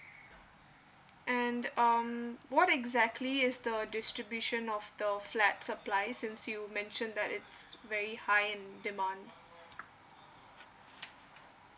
and um what exactly is the distribution of the flats supplies since you mentioned that it's very high in demand